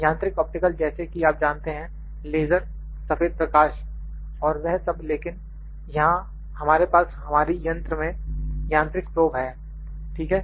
यांत्रिक ऑप्टिकल जैसे कि आप जानते हैं लेजर सफेद प्रकाश और वह सब लेकिन यहां हमारे पास हमारी यंत्र में यांत्रिक प्रोब है ठीक है